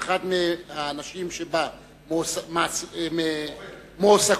שאחד מהאנשים שבהן מועסק,